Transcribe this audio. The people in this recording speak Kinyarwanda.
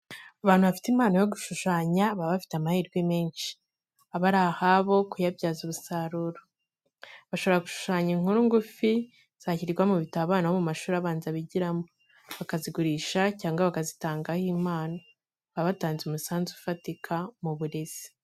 Abantu bafite impano yo gushushanya baba bafite amahirwe menshi, aba ari ahabo kuyabyaza umusaruro, bashobora gushushanya inkuru ngufi, zashyirwa mu bitabo abana bo mu mashuri abanza bigiramo, bakazigurisha cyangwa bakazitangaho impano, baba batanze umusanzu ufatika mu burezi .